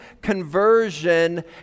conversion